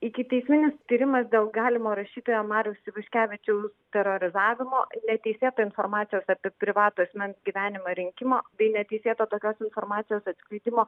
ikiteisminis tyrimas dėl galimo rašytojo mariaus ivaškevičiaus terorizavimo neteisėto informacijos apie privatų asmens gyvenimą rinkimo bei neteisėto tokios informacijos atskleidimo